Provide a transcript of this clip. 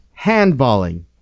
Handballing